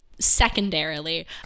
secondarily